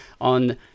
on